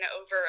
over